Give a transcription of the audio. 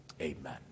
Amen